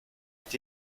est